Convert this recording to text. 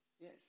yes